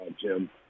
Jim